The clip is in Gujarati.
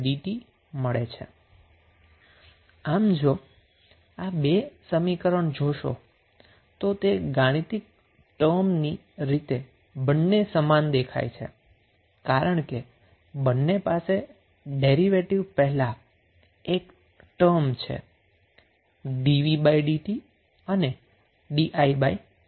આમ જો તમે આ બે સમીકરણ જોશો તો તે ગાણિતિક ટર્મ ની રીતે બંને સમાન દેખાય છે કારણ કે બંને પાસે ડેરીવેટીવ પહેલા એક ટર્મ છે જે ddtv અને ddti છે